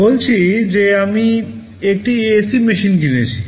বলছি যে আমি একটি এসি মেশিন কিনেছি